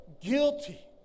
guilty